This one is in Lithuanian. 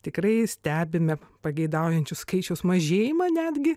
tikrai stebime pageidaujančių skaičiaus mažėjimą netgi